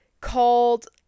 called